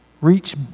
reach